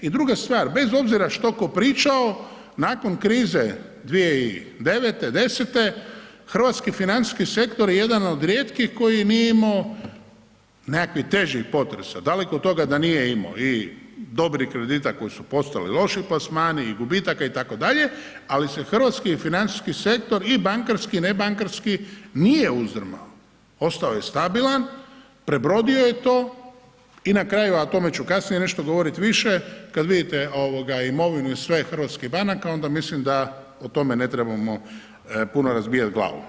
I druga stvar, bez obzira što tko pričao, nakon krize 2009, 2010. hrvatski financijski sektor je jedan od rijetkih koji nije imao nekakvih težih potresa, daleko od toga da nije imao i dobrih kredita koji su postali loši plasmani i gubitaka itd., ali se hrvatski financijski sektor i bankarski i ne bankarski nije uzdrmao, ostao je stabilna, prebrodio je to i na kraju a o tome ću kasnije nešto govoriti više kada vidite imovinu i sve hrvatskih banaka onda mislim da o tome ne trebamo puno razbijati glavu.